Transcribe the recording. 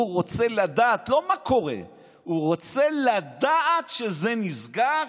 הוא לא רוצה לדעת מה קורה, הוא רוצה לדעת שזה נסגר